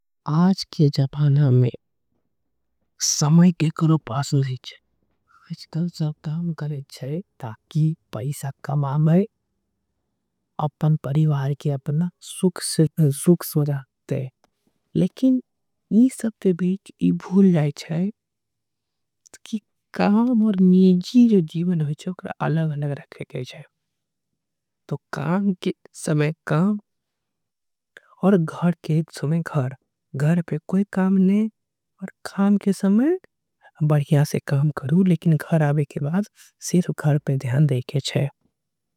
आज के जबाना में समय के करो पास नहीं चाहिए। इसका सब दाम करे चाहिए ताकि पैसा कमामें अपन। परिवार के अपना सुक्स में जागते हैं लेकिन इस सब ते बेच इस भूल जाएचाए कि काम और नीजी जो जीवन। हो चाहिए उपका अलग नग रखे चाहिए तो काम के। समय काम और घर के समय घर घर पे कोई काम। नहीं और काम के समय बाद यहाँ से काम करो। लेकिन घर आवे के बाद, सिर्फ घर पे द्यान देखे चाहिए।